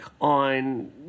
on